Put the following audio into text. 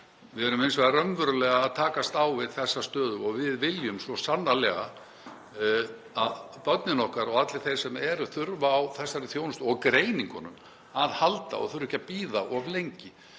Við erum hins vegar raunverulega að takast á við þessa stöðu og við viljum svo sannarlega að börnin okkar og allir þeir sem þurfa á þessari þjónustu og greiningu að halda þurfi ekki að bíða of lengi.